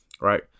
Right